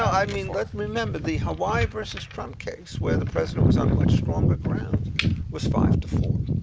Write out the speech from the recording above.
i mean that remember, the hawaii versus trump case, where the president was on much stronger ground was five to four,